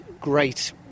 great